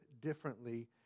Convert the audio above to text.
differently